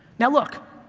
now look,